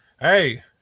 Hey